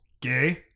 Gay